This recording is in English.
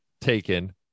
taken